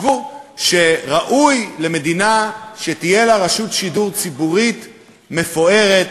שראוי למדינה שתהיה לה רשות שידור ציבורי מפוארת,